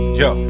yo